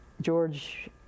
George